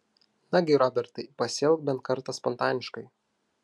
nagi robertai pasielk bent kartą spontaniškai